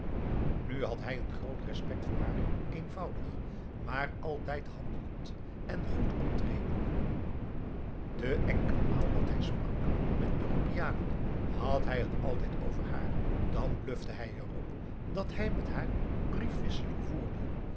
nu had hij een groot respect voor haar eenvoudig maar altijd handelend en goed optreden de enkele maal dat hij sprak met europeanen had hij het altijd over haar dan blufte hij er op dat hij met haar briefwisseling voerde